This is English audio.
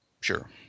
Sure